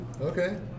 Okay